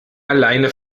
alleine